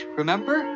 remember